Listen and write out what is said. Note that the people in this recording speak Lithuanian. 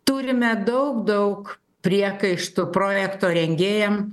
turime daug daug priekaištų projekto rengėjam